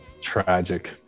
tragic